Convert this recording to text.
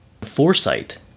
foresight